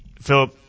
Philip